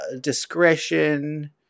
discretion